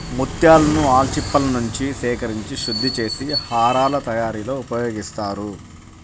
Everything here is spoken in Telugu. ముత్యాలను ఆల్చిప్పలనుంచి సేకరించి శుద్ధి చేసి హారాల తయారీలో ఉపయోగిస్తారు